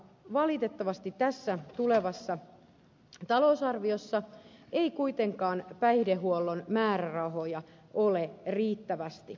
valitettavasti tässä tulevassa talousarviossa ei kuitenkaan päihdehuollon määrärahoja ole riittävästi